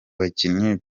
bakinnyi